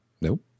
Nope